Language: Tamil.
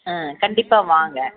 ஆ கண்டிப்பாக வாங்க